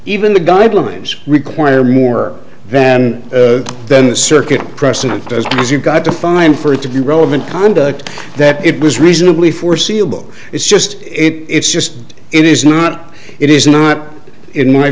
even the guidelines require more then then the circuit precedent does because you've got to find for it to be relevant conduct that it was reasonably foreseeable it's just it's just it is not it is not in my